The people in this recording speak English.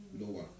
lower